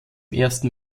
ersten